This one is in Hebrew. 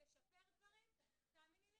לשפר דברים, תאמיני לי